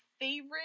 favorite